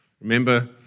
Remember